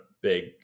big